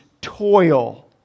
toil